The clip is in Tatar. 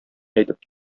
әйтеп